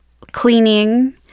cleaning